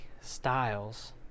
Styles